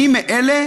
אני מאלה